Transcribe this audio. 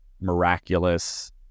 miraculous